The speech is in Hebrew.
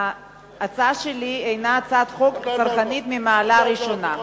ההצעה שלי הינה הצעת חוק צרכנית מהמעלה הראשונה.